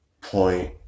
point